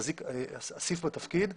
האנשים יעלו על האסדה בתחילת השבוע.